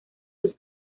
sus